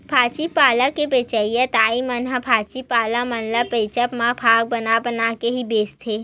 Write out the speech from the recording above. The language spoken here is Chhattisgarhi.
भाजी पाल के बेंचइया दाई मन ह भाजी पाला मन ल बेंचब म भाग बना बना के ही बेंचथे